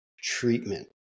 treatment